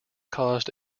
caused